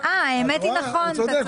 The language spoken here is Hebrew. האמת היא, נכון, אתה צודק.